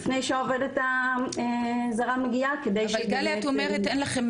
לפני שהעובדת הזרה מגיעה כדי שהיא לא תפגע.